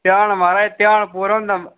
ध्यान महाराज ध्यान पूरा होंदा